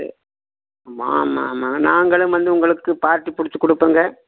சேர் ஆமாம் ஆமாம் ஆமாம் நாங்களும் வந்து உங்களுக்கு பார்ட்டி பிடிச்சி கொடுப்பங்க